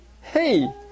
hey